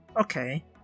Okay